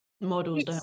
Models